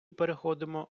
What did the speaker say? переходимо